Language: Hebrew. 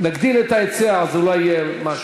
נגדיל את ההיצע, אז אולי יהיה משהו.